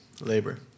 labor